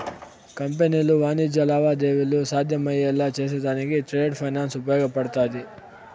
కంపెనీలు వాణిజ్య లావాదేవీలు సాధ్యమయ్యేలా చేసేదానికి ట్రేడ్ ఫైనాన్స్ ఉపయోగపడతాది